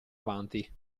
avanti